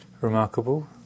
Remarkable